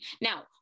Now